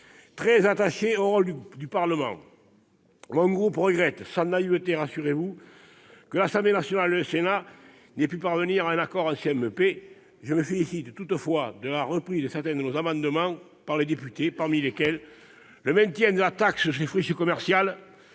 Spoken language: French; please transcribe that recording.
Très attaché au rôle du Parlement, mon groupe regrette- sans naïveté, rassurez-vous ! -que l'Assemblée nationale et le Sénat n'aient pu parvenir à un accord en commission mixte paritaire. Je me félicite toutefois de la reprise de certains de nos amendements par les députés, parmi lesquels le maintien de la taxe sur les friches commerciales